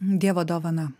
dievo dovana